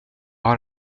har